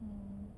mm